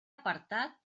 apartat